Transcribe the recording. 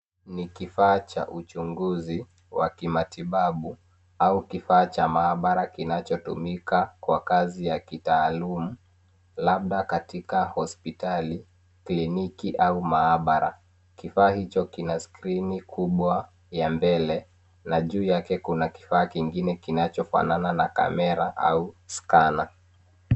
Ni kifaa cha uchuguzi wa kimatibabu au kifaa cha maabara kinachotumika kwa kazi ya kitaalum labda katika hospitali, kliniki au maabara. Kifaa hicho kina skrini kubwa ya mbele na juu yake kuna kifaa kingine kinachofanana na kamera au scanner .